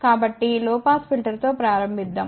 కాబట్టి low pass ఫిల్టర్తో ప్రారంభిద్దాం